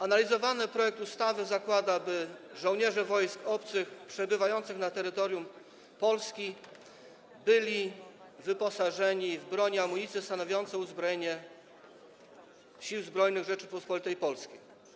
Analizowany projekt ustawy zakłada, że żołnierze wojsk obcych przebywających na terytorium Polski będą wyposażeni w broń i amunicję stanowiące uzbrojenie Sił Zbrojnych Rzeczypospolitej Polskiej.